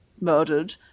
murdered